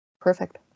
Perfect